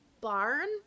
barn